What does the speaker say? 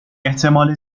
احتمال